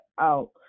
out